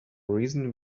reason